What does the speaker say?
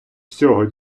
всього